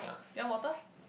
do you want water